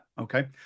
Okay